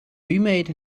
remade